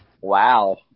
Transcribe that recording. Wow